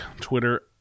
Twitter